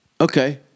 Okay